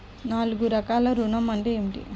నాలుగు రకాల ఋణాలు ఏమిటీ?